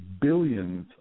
billions